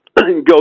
go